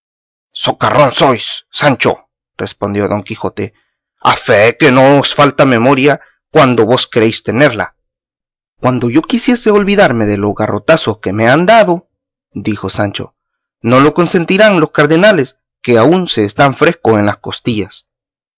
socarrón sois sancho respondió don quijote a fee que no os falta memoria cuando vos queréis tenerla cuando yo quisiese olvidarme de los garrotazos que me han dado dijo sancho no lo consentirán los cardenales que aún se están frescos en las costillas